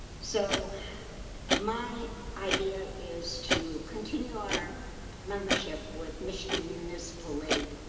so my idea is to continue our membership with michigan municipal league,